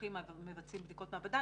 המבוטחים המבצעים בדיקות מעבדה.